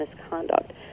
misconduct